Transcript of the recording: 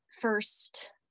first